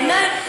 בעיני,